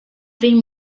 been